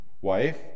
wife